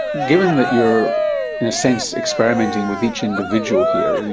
given that you're in a sense experimenting with each individual here,